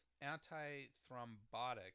anti-thrombotic